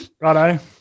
Righto